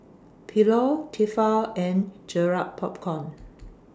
Pilot Tefal and Garrett Popcorn